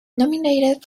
nominated